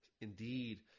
indeed